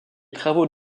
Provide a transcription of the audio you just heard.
travaux